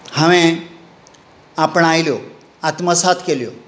हांवें आपणायल्यो आत्मसात केल्यो